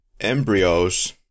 Embryos